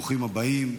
ברוכים הבאים.